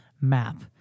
Map